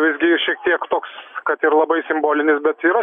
visgi ir šiek tiek toks kad ir labai simbolinis bet yra